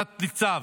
תת-ניצב,